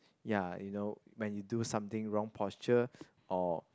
ya you know when you do something wrong posture or